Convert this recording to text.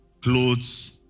clothes